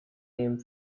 named